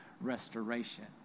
restoration